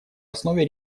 основе